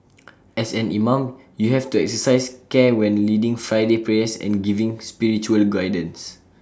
as an imam you have to exercise care when leading Friday prayers and giving spiritual guidance